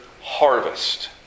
harvest